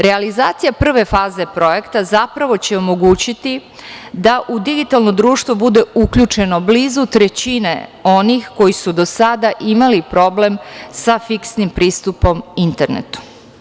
Realizacija prve faze projekta zapravo će omogućiti da u digitalno društvo bude uključeno blizu trećine onih koji su do sada imali problem sa fiksnim pristupom internetu.